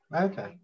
Okay